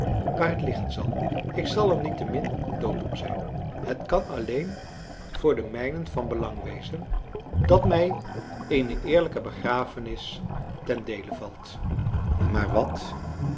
waar het liggen zal ik zal er niettemin dood om zijn het kan alleen voor de mijnen van belang wezen dat mij eene eerlijke begrafenis ten deele valt maar wat